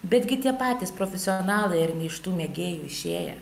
betgi tie patys profesionalai ar ne iš tų mėgėjų išėję